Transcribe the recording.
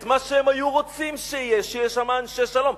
את מה שהם היו רוצים שיהיה, שיהיו שם אנשי שלום.